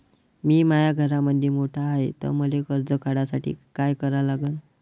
मी माया घरामंदी मोठा हाय त मले कर्ज काढासाठी काय करा लागन?